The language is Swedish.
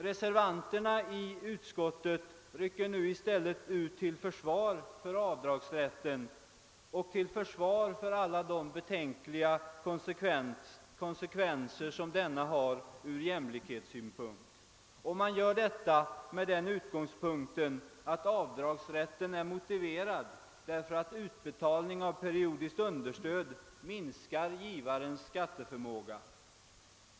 Reservanterna i utskottet rycker nu i stället ut till försvar för avdragsrätten och därmed till försvar för alla de betänkliga konsekvenser som denna har ur jämlikhetssynpunkt, och man gör det med utgångspunkten att avdragsrätten är motiverad därför att utbetalningen av periodiskt understöd minskar givarens skatteförmåga.